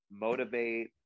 motivate